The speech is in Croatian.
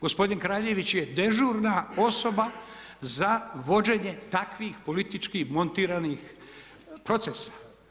Gospodin Kraljević je dežurna osoba za vođenje takvih političkih montiranih procesa.